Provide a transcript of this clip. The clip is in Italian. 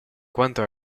quanto